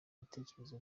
ibitekerezo